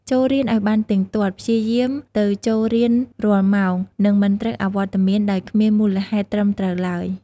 ចូលរៀនឱ្យបានទៀងទាត់ ព្យាយាមទៅចូលរៀនរាល់ម៉ោង និងមិនត្រូវអវត្តមានដោយគ្មានមូលហេតុត្រឹមត្រូវឡើយ។